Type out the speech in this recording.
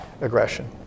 aggression